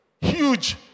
Huge